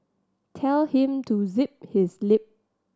tell him to zip his lip